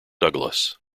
douglas